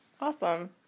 Awesome